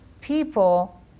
people